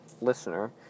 listener